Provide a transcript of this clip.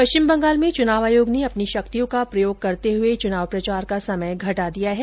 पश्चिम बंगाल में चुनाव आयोग ने अपनी शक्तियों का प्रयोग करते हुए चुनाव प्रचार का समय घटा दिया है